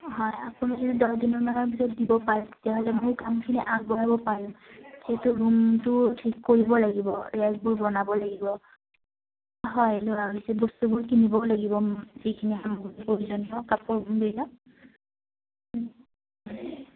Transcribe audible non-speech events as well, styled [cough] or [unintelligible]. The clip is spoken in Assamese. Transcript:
হয় আপুনি যদি দহদিনমানৰ ভিতৰত দিব পাৰে তেতিয়াহ'লে মই কামখিনি আগবঢ়াব পাৰিম সেইটো ৰুমটো ঠিক কৰিব লাগিব ৰেটবোৰ বনাব লাগিব হয় [unintelligible]